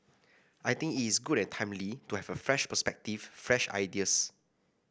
I think it is good and timely to have a fresh perspective fresh ideas